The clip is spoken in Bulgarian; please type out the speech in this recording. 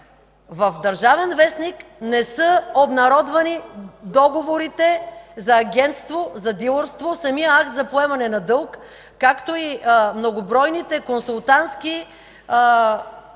В „Държавен вестник” не са обнародвани договорите за агентство, за дилърство, самият Акт за поемане на дълг, както и многобройните консултантски договори,